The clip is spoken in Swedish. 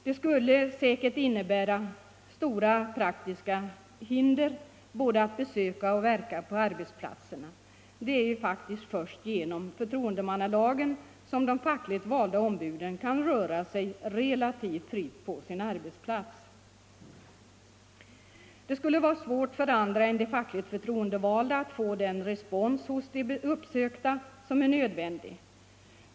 Det skulle säkert innebära stora praktiska svårigheter både att besöka arbetsplatserna och att verka på dessa. Det är ju faktiskt först genom förtroendemannalagen som de fackligt valda ombuden kan röra sig relativt fritt på sin arbetsplats. Det skulle vara svårt för andra än de fackligt förtroendevalda att få den respons hos de uppsökta som är nödvändig.